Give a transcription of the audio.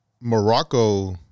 Morocco